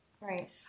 Right